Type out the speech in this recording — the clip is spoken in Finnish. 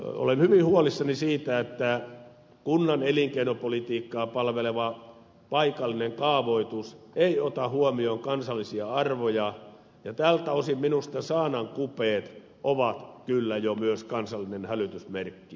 olen hyvin huolissani siitä että kunnan elinkeinopolitiikkaa palvele va paikallinen kaavoitus ei ota huomioon kansallisia arvoja ja tältä osin minusta saanan kupeet ovat kyllä jo myös kansallinen hälytysmerkki